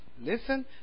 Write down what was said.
Listen